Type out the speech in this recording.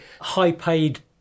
high-paid